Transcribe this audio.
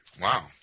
Wow